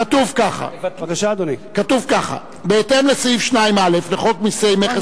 כתוב כך: בהתאם לסעיף 2(א) לחוק מסי מכס ובלו,